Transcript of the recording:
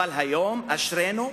היום אשרינו,